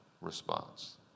response